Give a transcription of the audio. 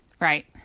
Right